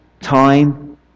time